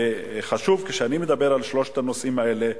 וחשוב, כשאני מדבר על שלושת הנושאים האלה,